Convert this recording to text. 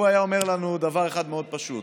הוא היה אומר לנו דבר אחד מאוד פשוט.